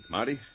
Marty